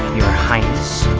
highness.